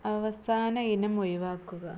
അവസാന ഇനം ഒഴിവാക്കുക